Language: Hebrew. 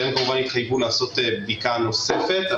גם הם התחייבו לעשות בדיקה נוספת.